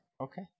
Okay